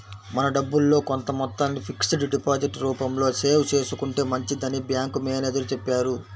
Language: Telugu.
మన డబ్బుల్లో కొంత మొత్తాన్ని ఫిక్స్డ్ డిపాజిట్ రూపంలో సేవ్ చేసుకుంటే మంచిదని బ్యాంకు మేనేజరు చెప్పారు